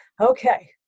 Okay